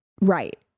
right